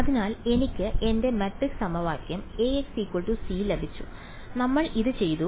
അതിനാൽ എനിക്ക് എന്റെ മാട്രിക്സ് സമവാക്യം Ax c ലഭിച്ചു നമ്മൾ ഇത് ചെയ്തു